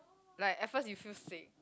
like at first you feel sick